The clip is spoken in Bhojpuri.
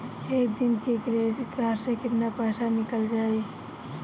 एक दिन मे क्रेडिट कार्ड से कितना पैसा निकल जाई?